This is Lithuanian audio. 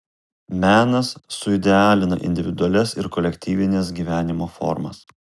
menas suidealina individualias ir kolektyvines gyvenimo formas